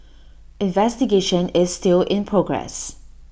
investigation is still in progress